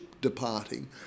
departing